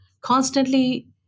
constantly